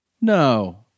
no